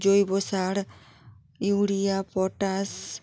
জৈব সার urea potash